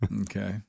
Okay